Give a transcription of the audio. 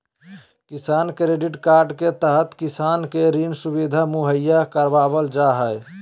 किसान credit card के तहत किसान के ऋण सुविधा मुहैया करावल जा हय